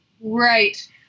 right